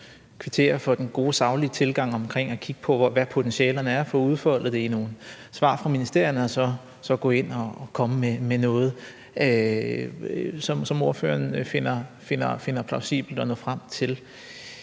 også kvittere for den gode, saglige tilgang i forhold til at kigge på, hvad potentialerne er og få udfoldet det i nogle svar fra ministerierne og så komme med noget, som ordføreren finder det plausibelt at nå frem til.